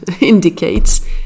indicates